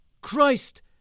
Christ